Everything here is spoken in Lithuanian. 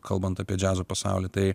kalbant apie džiazo pasaulį tai